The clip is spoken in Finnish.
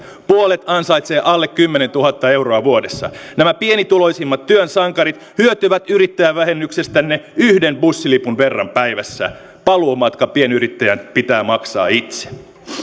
puolet ansaitsee alle kymmenentuhatta euroa vuodessa nämä pienituloisimmat työn sankarit hyötyvät yrittäjävähennyksestänne yhden bussilipun verran päivässä paluumatka pienyrittäjän pitää maksaa itse